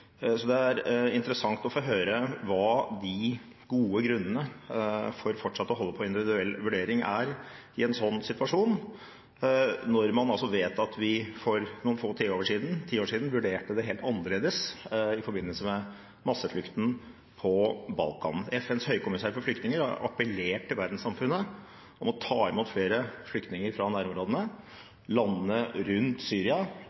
så det er interessant å få høre hva de gode grunnene for fortsatt å holde på individuell vurdering er i en sånn situasjon, når man vet at vi for noen få tiår siden vurderte det helt annerledes i forbindelse med masseflukten på Balkan. FNs høykommissær for flyktninger har appellert til verdenssamfunnet om å ta imot flere flyktninger fra nærområdene. Landene rundt Syria